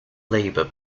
labour